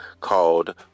called